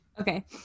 Okay